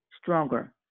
stronger